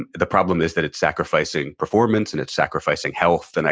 and the problem is that it's sacrificing performance, and it's sacrificing health. and